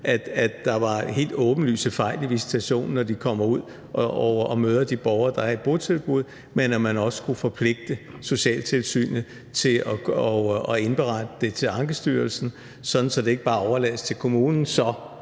at der var helt åbenlyse fejl i visitationen, når de kommer ud og møder de borgere, der er i et botilbud, men at man også skulle forpligte socialtilsynet til at indberette det til Ankestyrelsen, sådan at det ikke bare overlades til kommunen